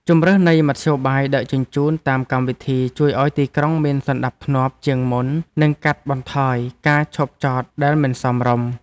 ជម្រើសនៃមធ្យោបាយដឹកជញ្ជូនតាមកម្មវិធីជួយឱ្យទីក្រុងមានសណ្តាប់ធ្នាប់ជាងមុននិងកាត់បន្ថយការឈប់ចតដែលមិនសមរម្យ។